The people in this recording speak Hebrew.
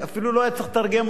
הם חוקקו את החוק.